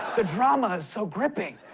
the drama is so gripping.